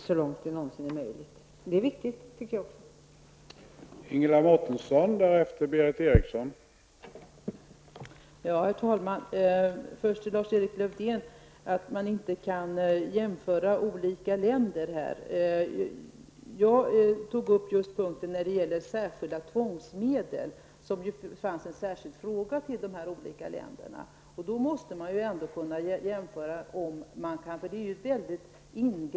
Det är viktigt, det tycker jag också.